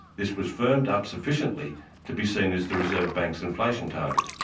this was firmed up sufficiently to be seen as the reserve bank's inflation target.